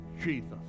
Jesus